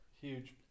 huge